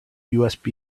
usb